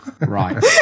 Right